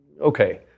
okay